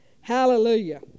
Hallelujah